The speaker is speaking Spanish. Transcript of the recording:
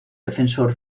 defensor